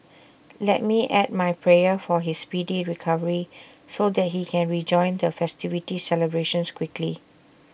let me add my prayer for his speedy recovery so that he can rejoin the festivity celebrations quickly